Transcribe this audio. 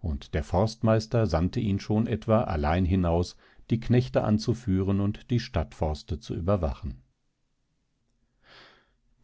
und der forstmeister sandte ihn schon etwa allein hinaus die knechte anzuführen und die stadtforste zu überwachen